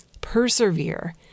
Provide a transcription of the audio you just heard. persevere